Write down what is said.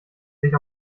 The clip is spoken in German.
sich